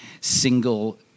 single